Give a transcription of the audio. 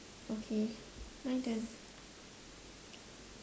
okay my turn